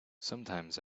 sometimes